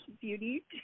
beauty